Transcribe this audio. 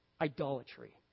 idolatry